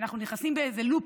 אנחנו נכנסים לאיזה לופ,